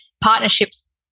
partnerships